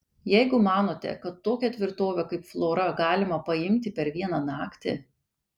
jeigu manote kad tokią tvirtovę kaip flora galima paimti per vieną naktį